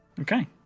Okay